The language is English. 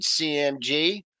CMG